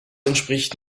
entspricht